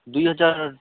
ଦୁଇ ହଜାର